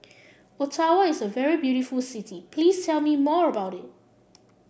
Ottawa is a very beautiful city please tell me more about it